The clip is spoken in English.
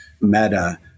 Meta